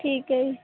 ਠੀਕ ਹੈ ਜੀ